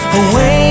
away